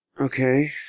Okay